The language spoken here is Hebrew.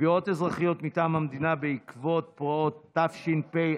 תביעות אזרחיות מטעם המדינה בעקבות פרעות תשפ"א.